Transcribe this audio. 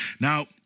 Now